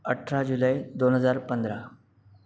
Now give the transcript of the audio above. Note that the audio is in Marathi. अठरा जुलै दोन हजार पंधरा